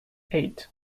eight